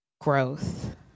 growth